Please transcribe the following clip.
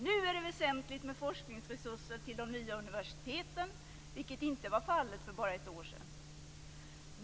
Nu är det väsentligt med forskningsresurser till de nya universiteten, vilket inte var fallet för bara ett år sedan.